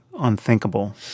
unthinkable